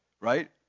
right